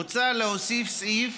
מוצע להוסיף סעיף